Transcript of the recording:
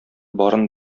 барын